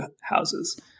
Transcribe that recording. houses